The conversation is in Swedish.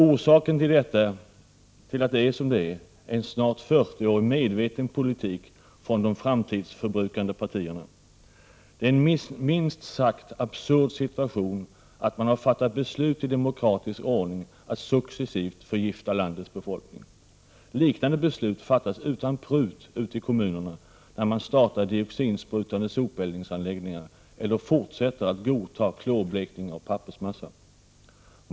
Orsaken till att det är som det är är en snart 40-årig medveten politik från de framtidsförbrukande partierna. Det är en minst sagt absurd situation att man har fattat beslut i demokratisk ordning att successivt förgifta landets befolkning. Liknande beslut fattas utan prut ute i kommunerna, när man startar dioxinsprutande sopeldningsanläggningar och fortsätter att godta klorblekning av pappersmassa.